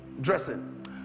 dressing